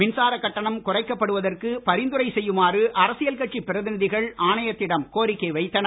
மின்சாரக் கட்டணம் குறைக்கப்படுவதற்கு பரிந்துரை செய்யுமாறு அரசியல் கட்சிப் பிரதிநிதிகள் ஆணையத்திடம் கோரிக்கை வைத்தனர்